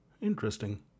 Interesting